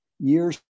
years